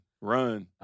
Run